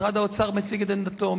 משרד האוצר מציג את עמדתו,